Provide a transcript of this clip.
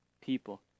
people